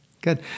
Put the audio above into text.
good